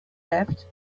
left